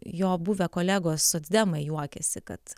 jo buvę kolegos socdemai juokiasi kad